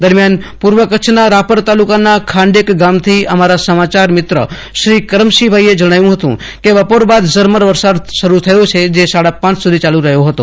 દરમ્યાન પૂર્વ કચ્છ ના રાપર તાલુકાના ખાંડેક ગામ થી અમારા સમાચારમિત્ર શ્રી કરમસિંહભાઈ એ જણાવ્યું હતું કેબપોર બાદ ઝરમર વરસાદ શરૂ થયો છે જે સાડા પાંચ સુધી ચાલુ રહ્યો હતો